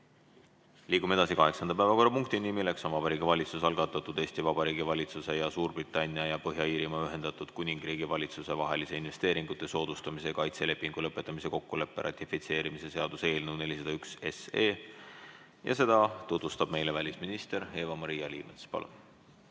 Liigume edasi kaheksanda päevakorrapunktini, milleks on Vabariigi Valitsuse algatatud Eesti Vabariigi valitsuse ja Suurbritannia ja Põhja-Iirimaa Ühendatud Kuningriigi valitsuse vahelise investeeringute soodustamise ja kaitse lepingu lõpetamise kokkuleppe ratifitseerimise seaduse eelnõu 401 [esimene lugemine]. Seda tutvustab meile välisminister Eva-Maria Liimets. Palun!